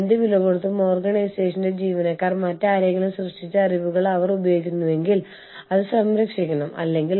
അതുപോലെ മൂന്നാം രാജ്യക്കാർ കമ്പനി X1 ലേക്ക് സംഭാവന ചെയ്യുന്നവരോ ജോലി ചെയ്യുന്നവരോ ആകാം